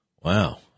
Wow